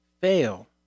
fail